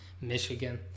Michigan